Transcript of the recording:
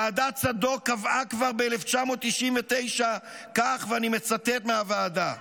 ועדת צדוק קבעה כבר ב-1999 כך, ואני מצטט מהוועדה: